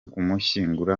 kumushyingura